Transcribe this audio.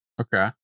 Okay